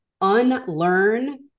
unlearn